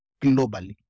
globally